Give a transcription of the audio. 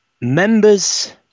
members